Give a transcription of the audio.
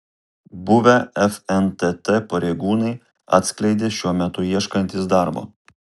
buvę fntt pareigūnai atskleidė šiuo metu ieškantys darbo